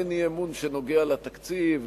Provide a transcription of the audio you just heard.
אין אי-אמון שנוגע לתקציב,